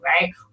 right